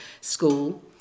school